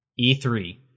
E3